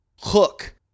Hook